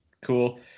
Cool